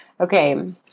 Okay